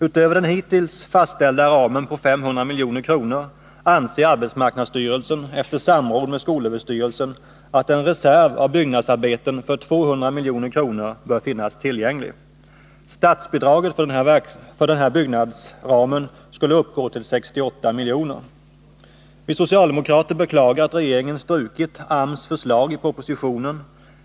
Utöver den hittills fastställda ramen på 500 milj.kr. anser AMS, efter samråd med skolöverstyrelsen, att en reserv av byggnadsarbeten till ett belopp av 200 milj.kr. bör finnas tillgänglig. Statsbidraget för den här byggnadsramen skulle uppgå till 68 miljoner. Vi socialdemokrater beklagar att regeringen strukit AMS förslag i propositionen.